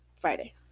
Friday